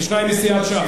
ושניים מסיעת ש"ס.